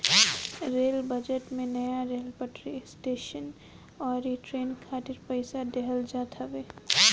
rail budget में नया rail पटरी, स्टेशन अउरी ट्रेन खातिर पईसा देहल जात हवे